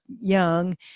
young